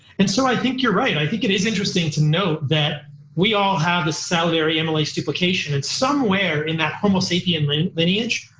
and so i think you're right. i think it is interesting to note that we all have the salivary amylase duplication and somewhere in that homo sapien lineage,